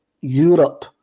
Europe